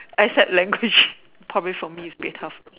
except language probably for me it's a bit tough